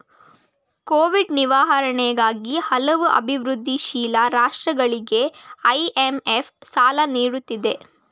Covid ನಿರ್ವಹಣೆಗಾಗಿ ಹಲವು ಅಭಿವೃದ್ಧಿಶೀಲ ರಾಷ್ಟ್ರಗಳಿಗೆ ಐ.ಎಂ.ಎಫ್ ಸಾಲ ನೀಡುತ್ತಿದೆ